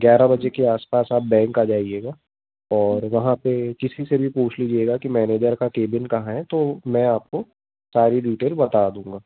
ग्यारह बजे के आस पास आप बैंक आ जाइएगा और वहाँ पर किसी से भी पूछ लीजिएगा कि मैनेजर का केबिन कहाँ है तो मैं आपको सारी डीटेल बता दूँगा